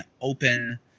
open